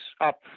up